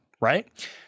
Right